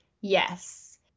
Yes